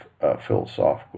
philosophical